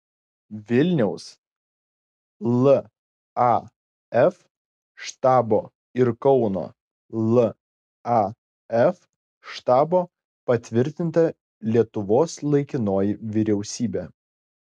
vilniaus laf štabo ir kauno laf štabo patvirtinta lietuvos laikinoji vyriausybė